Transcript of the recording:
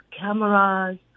cameras